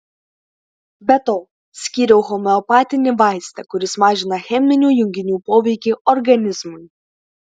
be to skyriau homeopatinį vaistą kuris mažina cheminių junginių poveikį organizmui